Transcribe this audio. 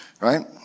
right